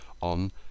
on